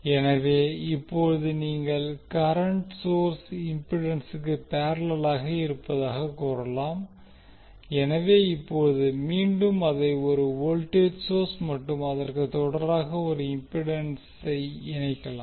எனவே இப்போது நீங்கள் கரண்ட் சோர்ஸ் இம்பிடன்சுக்கு பேரலலாக இருப்பதாக கூறலாம் எனவே இப்போது மீண்டும் அதை ஒரு வோல்டேஜ் சோர்ஸ் மற்றும் அதற்கு தொடராக ஒரு இம்பிடன்ஸை இணைக்கலாம்